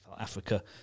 Africa